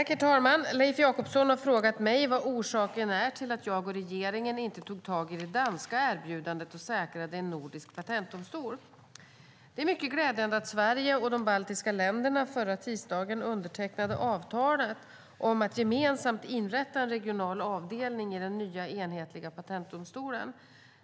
Herr talman! Leif Jakobsson har frågat mig vad orsaken är till att jag och regeringen inte tog tag i det danska erbjudandet och säkrade en nordisk patentdomstol. Det är mycket glädjande att Sverige och de baltiska länderna förra tisdagen undertecknande avtalet om att gemensamt inrätta en regional avdelning i den nya enhetliga patentdomstolen.